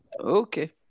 Okay